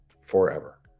forever